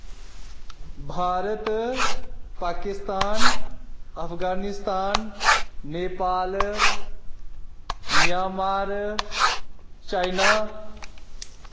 Bharat Pakistan Afghanistan Nepal Myanmar China